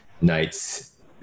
nights